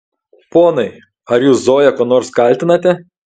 ponai ar jūs zoją kuo nors kaltinate